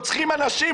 רוצחים אנשים,